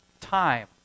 time